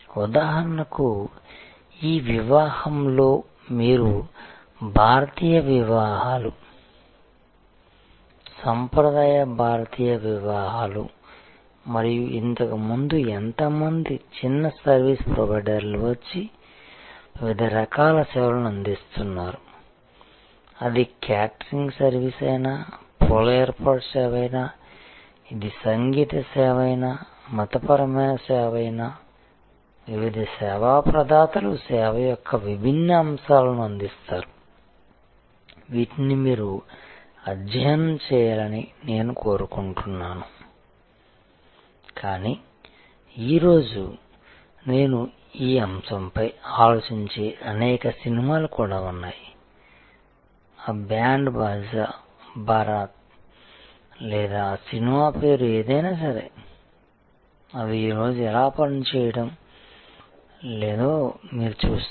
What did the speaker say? ఉదాహరణకు ఈ వివాహంలో మీరు భారతీయ వివాహాలు సాంప్రదాయ భారతీయ వివాహాలు మరియు ఇంతకు ముందు ఎంతమంది చిన్న సర్వీస్ ప్రొవైడర్లు వచ్చి వివిధ రకాల సేవలను అందిస్తున్నారు అది క్యాటరింగ్ సర్వీస్ అయినా పూల ఏర్పాటు సేవ అయినా ఇది సంగీత సేవ అయినా మతపరమైన సేవ అయినా వివిధ సేవా ప్రదాతలు సేవ యొక్క విభిన్న అంశాలను అందిస్తారు వీటిని మీరు అధ్యయనం చేయాలని నేను కోరుకుంటున్నాను కానీ ఈ రోజు నేను ఈ అంశంపై ఆలోచించే అనేక సినిమాలు కూడా ఉన్నాయి ఆ బ్యాండ్ బాజా బరాత్ లేదా ఆ సినిమా పేరు ఏదైనా సరే అవి ఈరోజు ఎలా పనిచేయడం లేదో మీరు చూస్తారు